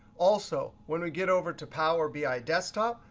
also, when we get over to power bi desktop,